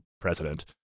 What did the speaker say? president